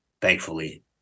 thankfully